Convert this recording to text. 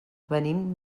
venim